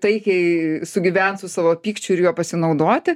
taikiai sugyvent su savo pykčiu ir juo pasinaudoti